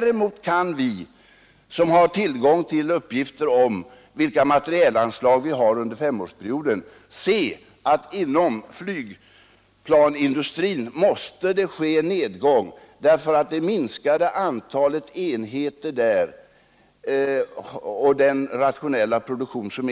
Däremot kan vi, som har tillgång till uppgifter om materielanslagen under femårs att det minskade antalet enheter och den rationella produktionen